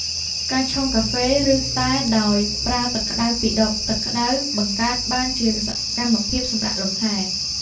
ការឆុងកាហ្វេ ឬតែដោយប្រើទឹកក្តៅពីដបទឹកក្តៅ បង្កើតជាសកម្មភាពសម្រាកលម្ហែ។